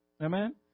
Amen